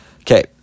Okay